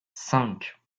cinq